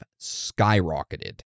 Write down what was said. skyrocketed